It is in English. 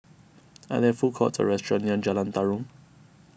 are there food courts or restaurants near Jalan Tarum